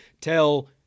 tell